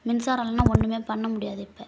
மின்சாரம் இல்லைனா ஒன்றுமே பண்ணமுடியாது இப்போ